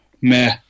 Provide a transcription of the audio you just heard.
meh